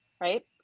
Right